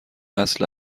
اصل